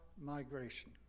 migration